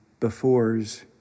befores